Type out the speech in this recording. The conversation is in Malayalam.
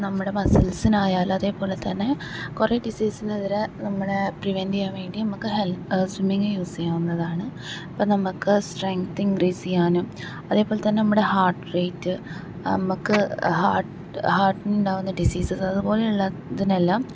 നമ്മുടെ മസിൽസിലായാലും അതേപോലെ തന്നെ കുറെ ഡിസീസിനെതിരെ നമ്മളെ പ്രിവൻറ് ചെയ്യാൻ വേണ്ടിയും നമുക്ക് സ്വിമ്മിങ്ങ് യൂസ് ചെയ്യാവുന്നതാണ് അപ്പം നമുക്ക് സ്ട്രെങ്ത്ത് ഇൻക്രീസ് ചെയ്യാനും അതേപോലെ തന്നെ നമ്മുടെ ഹാർട്ട് റേറ്റ് നമുക്ക് ഹാർട്ട് ഹാർട്ടിനുണ്ടാകുന്ന ഡിസീസസ് അതുപോലെയുള്ള ഇതിനെല്ലാം